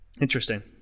Interesting